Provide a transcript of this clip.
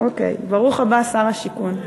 אוקיי, ברוך הבא, שר השיכון.